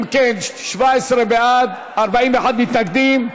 אם כן, 17 בעד, 41 מתנגדים.